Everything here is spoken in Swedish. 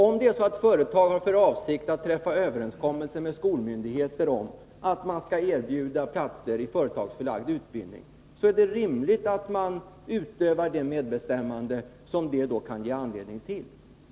Om företaget har för avsikt att träffa överenskommelse med skolmyndighe ten om att erbjuda platser i företagsförlagd utbildning, är det befogat att de anställda utövar det medbestämmande som detta kan ge anledning till.